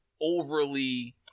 overly